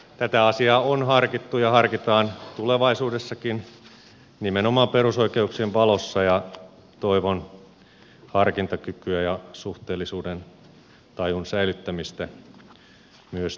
tätä asiaa on harkittu ja harkitaan tulevaisuudessakin nimenomaan perusoikeuksien valossa ja toivon harkintakykyä ja suhteellisuudentajun säilyttämistä tässä tulevassakin pohdinnassa